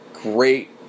great